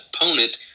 opponent